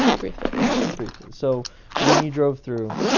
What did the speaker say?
briefly briefly. so when you drove through,